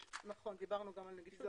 דיברנו גם על נגישות.